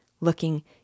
looking